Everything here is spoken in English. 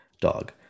dog